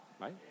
right